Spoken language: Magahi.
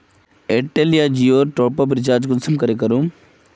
एयरटेल या जियोर टॉप आप रिचार्ज कुंसम करे करूम?